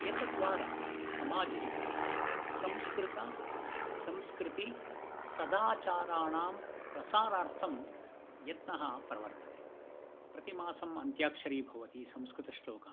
एतत् द्वारा समाजे संस्कृतसंस्कृतिसदाचाराणां प्रसारार्थं यत्नः प्रवर्तते प्रतिमासम् अन्त्याक्षरी भवति संस्कृतश्लोकानाम्